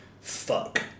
fuck